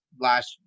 last, –